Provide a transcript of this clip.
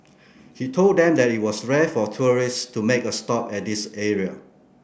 he told them that it was rare for tourists to make a stop at this area